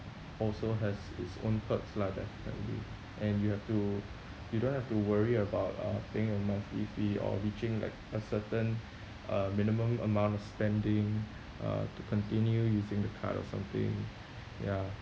also has its own perks lah definitely and you have to you don't have to worry about uh paying a monthly fee or reaching like a certain uh minimum amount of spending uh to continue using the card or something ya